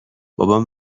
بابام